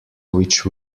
which